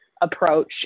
Approach